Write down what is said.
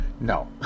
No